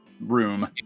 room